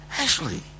Ashley